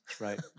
Right